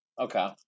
okay